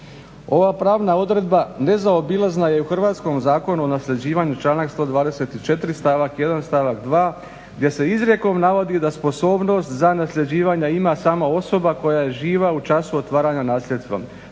Ova pravna odredba nezaobilazna je u hrvatskom Zakonu o nasljeđivanju, članak 124. stavak 1., stavak 2. gdje se izrijekom navodi da sposobnost za nasljeđivanje ima samo osoba koja je živa u času otvaranja nasljedstva